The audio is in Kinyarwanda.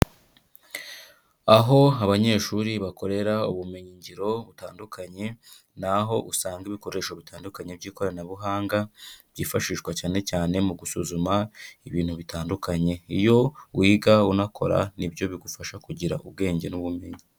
Aho abanyeshuri bakorera ubumenyingiro butandukanye, ni aho usanga ibikoresho bitandukanye by'ikoranabuhanga byifashishwa cyanecyane mu gusuzuma ibintu bitandukanye. Iyo wiga unakora ni byo bigufasha kugira ubwenge n'ubumenyi.